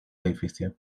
edificio